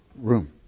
room